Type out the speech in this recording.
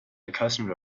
accustomed